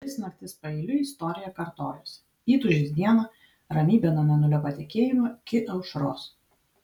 tris naktis paeiliui istorija kartojosi įtūžis dieną ramybė nuo mėnulio patekėjimo iki aušros